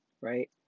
right